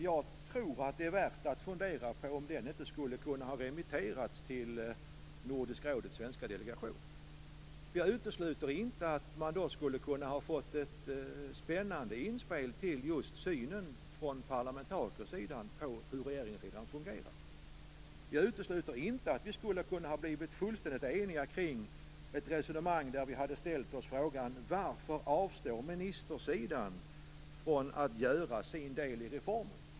Jag tror att det är värt att fundera på om den inte skulle ha kunnat remitterats till Nordiska rådets svenska delegation. Jag utesluter inte att man då hade kunnat få ett spännande inspel när det gäller just parlamentarikersidans syn på hur regeringssidan fungerar. Jag utesluter inte att vi hade kunnat bli fullständigt eniga kring ett resonemang där vi hade frågat oss: Varför avstår ministersidan från att göra sin del i reformen?